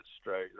straight